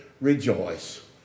rejoice